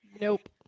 Nope